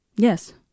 Yes